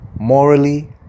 Morally